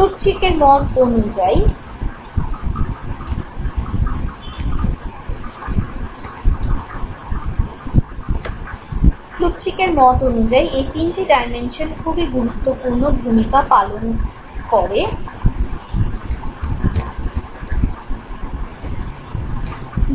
প্লুটচিকের মত অনুযায়ী এই তিনটি ডাইমেনশন খুবই গুরুত্বপূর্ণ ভূমিকা পালন করে